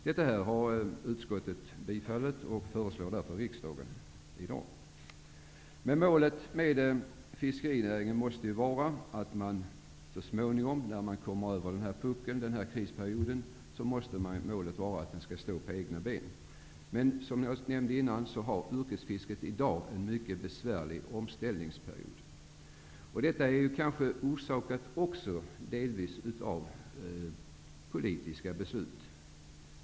Detta har utskottet tillstyrkt, varför man i dag föreslår riksdagen detta. Målet med fiskerinäringen måste vara att man så småningom, när man kommer över krisperioden, skall kunna stå på egna ben. Men som jag nämnde tidigare är yrkesfisket i dag inne i en mycket besvärlig omställningsperiod. Detta har kanske också delvis orsakats av politiska beslut.